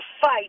fight